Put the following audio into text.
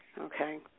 okay